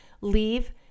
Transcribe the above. leave